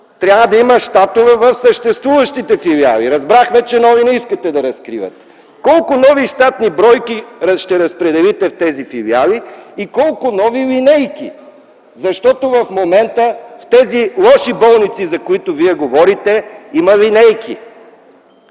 трябва да има щатове в съществуващите филиали. Разбрахме, че нови не искате да разкривате, но колко нови щатни бройки ще разпределите в тези филиали и колко нови линейки? В момента в тези лоши болници, за които Вие говорите, има линейки.